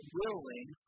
willing